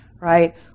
right